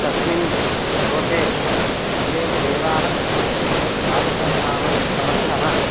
तस्मिन् क्रोधे सर्वेपि देवाः बिभ्यति तादृशः सामर्त् समर्थः